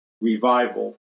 revival